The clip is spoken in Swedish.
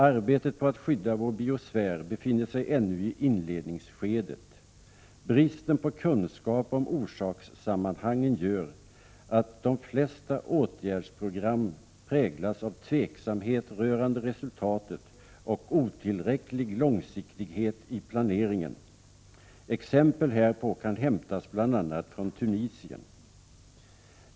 Arbetet på att skydda vår biosfär befinner sig ännu i inledningsskedet. Bristen på kunskap om orsakssammanhangen gör att de flesta åtgärdsprogram präglas av tveksamhet rörande resultatet och otillräcklig långsiktighet i planeringen. Exempel härpå kan hämtas bl.a. från Tunisien.